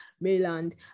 Maryland